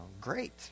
great